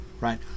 right